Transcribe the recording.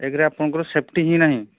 ଏକରେ ଆପଣଙ୍କର ସେଫ୍ଟି ହିଁ ନାହିଁ